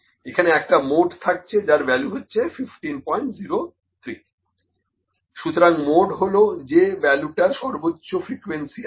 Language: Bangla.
এখানে একটা মোড থাকছে যার ভ্যালু হলো 1503 সুতরাং মোড হলো যে ভ্যালুটার সর্বোচ্চ ফ্রিকোয়েন্সি আছে